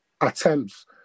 attempts